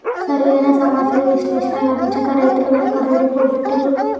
సరి అయిన సమాచార విశ్లేషణ లభించక రైతులు వెనుకబడి పోబట్టిరి